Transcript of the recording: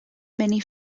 many